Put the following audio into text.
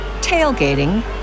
tailgating